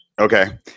Okay